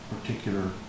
particular